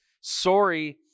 sorry